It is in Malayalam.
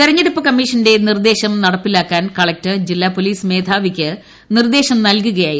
തെരഞ്ഞെുപ്പ് കമ്മീഷന്റെ നിർദ്ദേശം നടപ്പിലാക്കാൻ കളക്ടർ ജില്ലാ പോലീസ് മേധാവിക്ക് നിർദ്ദേശം നൽകുകയായിരുന്നു